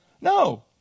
No